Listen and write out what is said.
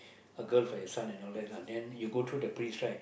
a girl for your son and all that then you go through the priest right